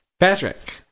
Patrick